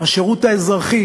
השירות האזרחי